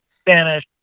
Spanish